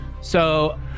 So-